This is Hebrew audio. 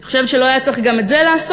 אני חושבת שלא היה צריך גם את זה לעשות,